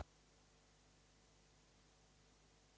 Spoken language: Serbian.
Hvala.